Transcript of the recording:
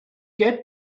get